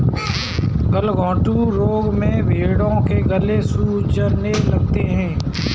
गलघोंटू रोग में भेंड़ों के गले सूखने लगते हैं